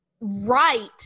right